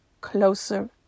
closer